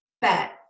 bet